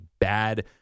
bad